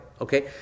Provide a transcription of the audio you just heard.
okay